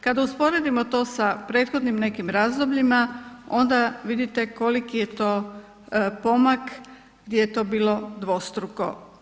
Kada usporedimo to sa prethodnim nekim razdobljima onda vidite koliki je to pomak gdje je to bilo dvostruko.